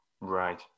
Right